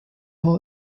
all